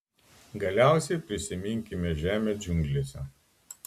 galiausiai prisiminkime žemę džiunglėse